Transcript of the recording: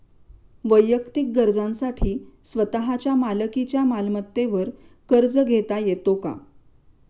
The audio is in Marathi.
वैयक्तिक गरजांसाठी स्वतःच्या मालकीच्या मालमत्तेवर कर्ज घेता येतो का?